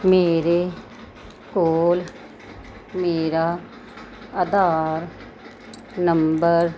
ਮੇਰੇ ਕੋਲ ਮੇਰਾ ਆਧਾਰ ਨੰਬਰ